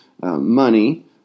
money